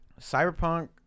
Cyberpunk